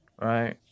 Right